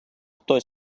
хто